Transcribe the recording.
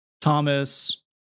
Thomas